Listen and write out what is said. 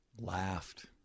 Laughed